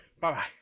Bye-bye